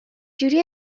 جوری